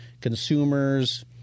consumers